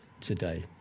today